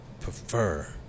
prefer